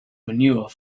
manure